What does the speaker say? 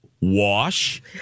wash